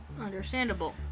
Understandable